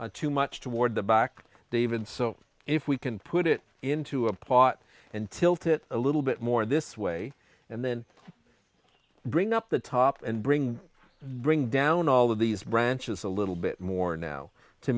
too much toward the back david so if we can put it into a pot and tilt it a little bit more this way and then bring up the top and bring bring down all of these branches a little bit more now to